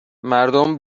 مردم